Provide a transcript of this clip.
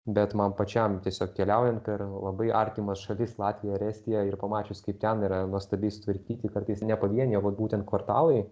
bet man pačiam tiesiog keliaujant per labai artimas šalis latviją ar estiją ir pamačius kaip ten yra nuostabiai sutvarkyti kartais ne pavieniai o būtent kvartalai